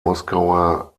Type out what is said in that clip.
moskauer